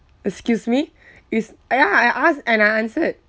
excuse me is ah ya I asked and I answered